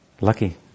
lucky